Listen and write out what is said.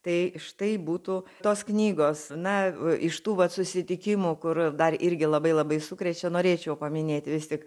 tai štai būtų tos knygos na iš tų vat susitikimų kur dar irgi labai labai sukrečia norėčiau paminėti vis tik